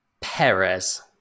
Perez